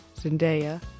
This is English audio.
Zendaya